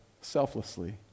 selflessly